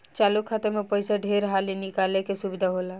चालु खाता मे पइसा ढेर हाली निकाले के सुविधा होला